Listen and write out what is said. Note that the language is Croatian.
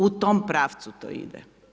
U tom pravcu to ide.